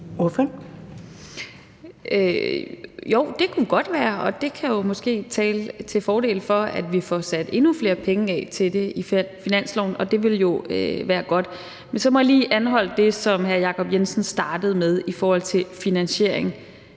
Jo, det kunne godt være, og det kan jo måske tale til fordel for, at vi får sat endnu flere penge af til det i finansloven, og det ville være godt. Men så må jeg lige anholde det, som hr. Jacob Jensen startede med i forhold til finansiering.